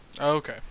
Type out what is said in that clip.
Okay